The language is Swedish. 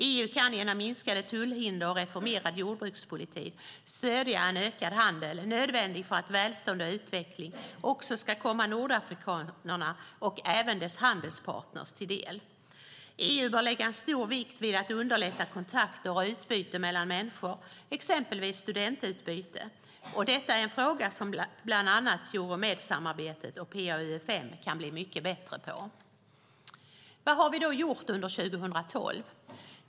EU kan genom minskade tullhinder och reformerad jordbrukspolitik stödja en ökad handel som är nödvändig för att välstånd och utveckling också ska komma nordafrikanerna och även deras handelspartner till del. EU bör lägga en stor vikt vid att underlätta kontakter och utbyte mellan människor, exempelvis studentutbyte. Detta är en fråga som bland annat Euromedsamarbetet och PA-UfM kan bli ännu bättre på. Vad har vi då gjort under 2012?